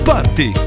Party